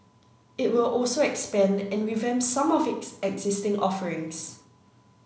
it will also expand and revamp some of its existing offerings